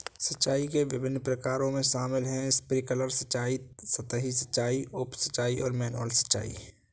सिंचाई के विभिन्न प्रकारों में शामिल है स्प्रिंकलर सिंचाई, सतही सिंचाई, उप सिंचाई और मैनुअल सिंचाई